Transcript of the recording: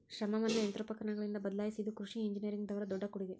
ಶ್ರಮವನ್ನಾ ಯಂತ್ರೋಪಕರಣಗಳಿಂದ ಬದಲಾಯಿಸಿದು ಕೃಷಿ ಇಂಜಿನಿಯರಿಂಗ್ ದವರ ದೊಡ್ಡ ಕೊಡುಗೆ